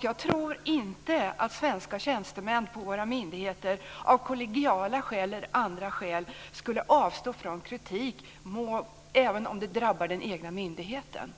Jag tror inte att svenska tjänstemän på våra myndigheter av kollegiala eller andra skäl skulle avstå från kritik, även om det drabbar den egna myndigheten.